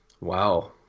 Wow